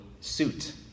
suit